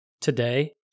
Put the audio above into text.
today